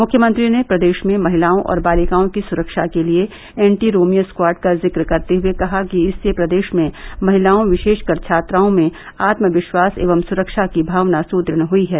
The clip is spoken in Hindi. मुख्यमंत्री ने प्रदेश में महिलाओं और बालिकाओं की सुरक्षा के लिये एण्टी रोभियो स्क्वॉड का जिक करते हुए कहा कि इससे प्रदेश में महिलाओं विशेषकर छात्राओं में आत्मविश्वास एवं सुरक्षा की भावना सुदृढ हुई है